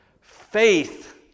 Faith